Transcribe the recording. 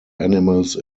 animals